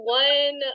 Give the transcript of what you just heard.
one